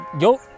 Yo